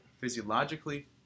physiologically